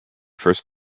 first